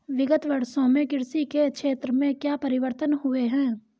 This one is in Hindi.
विगत वर्षों में कृषि के क्षेत्र में क्या परिवर्तन हुए हैं?